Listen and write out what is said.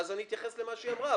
ואז אני אתייחס למה שהיא אמרה,